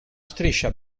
striscia